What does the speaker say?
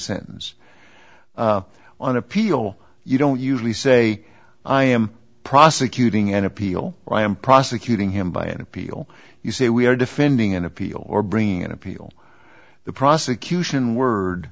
sentence on appeal you don't usually say i am prosecuting an appeal i am prosecuting him by an appeal you say we are defending an appeal or bringing an appeal the prosecution word